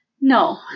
no